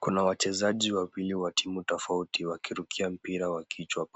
Kuna wachezaji wawili wa timu tofauti wakirukia mpira wa kichwa.